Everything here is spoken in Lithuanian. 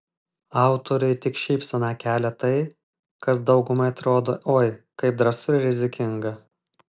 autoriui tik šypseną kelia tai kas daugumai atrodo oi kaip drąsu ir rizikinga